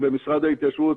שר ההתיישבות,